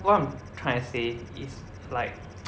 what I'm trying to say is like